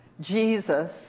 Jesus